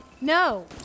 No